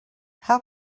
how